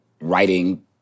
writing